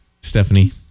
Stephanie